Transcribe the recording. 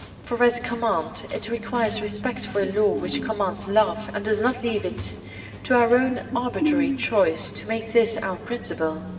for as a command it requires respect for a law which commands love and does not leave it to our own arbitrary choice to make this our principle.